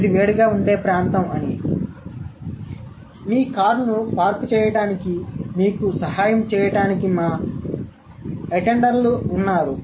ఇది వేడిగా ఉండే ప్రాంతం కాబట్టి మీ కారును పార్క్ చేయడానికి మీకు సహాయం చేయడానికి మా హాజరు ఉంది